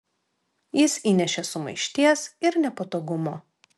jis įnešė sumaišties ir nepatogumo